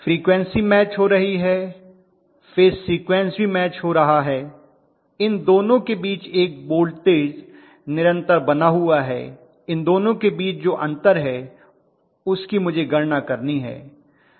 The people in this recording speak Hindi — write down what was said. फ्रीक्वन्सी मैच हो रही है फेज सीक्वेंस भी मैच हो रहा है इन दोनों के बीच एक वोल्टेज निरंतर बना हुआ है इन दोनों के बीच जो अंतर है उसकी मुझे गणना करनी है